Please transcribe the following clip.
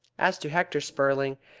as to hector spurling,